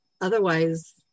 Otherwise